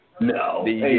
No